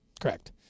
Correct